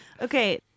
Okay